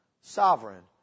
sovereign